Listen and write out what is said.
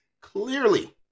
clearly